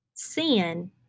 sin